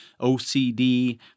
OCD